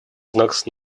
знак